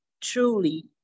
truly